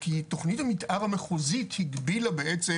כי תכנית המתאר המחוזית הגבילה בעצם